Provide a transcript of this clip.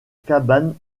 cabane